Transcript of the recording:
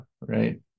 right